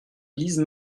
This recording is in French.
lise